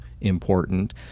important